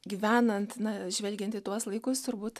gyvenant na žvelgiant į tuos laikus turbūt